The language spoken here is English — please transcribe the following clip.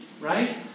Right